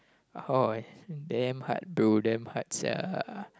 how I damn hard to damn hard sia